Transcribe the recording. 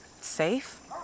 safe